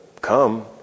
come